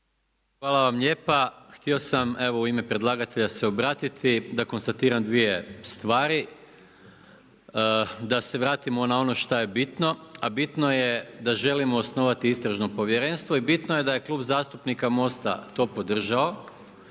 Hvala vam lijepa. Htio sam u ime predlagatelja obratiti da konstatiram dvije stvari, da se vratimo na ono šta je bitno, a bitno je da želimo osnovati istražno povjerenstvo i bitno je da je Klub zastupnika Most-a to podržao,